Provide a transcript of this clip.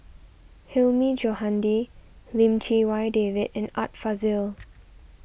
Hilmi Johandi Lim Chee Wai David and Art Fazil